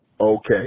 okay